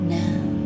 now